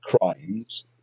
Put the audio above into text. Crimes